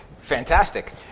Fantastic